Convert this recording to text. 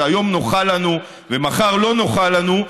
שהיום נוחה לנו ומחר לא נוחה לנו,